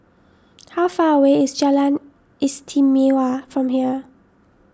how far away is Jalan Istimewa from here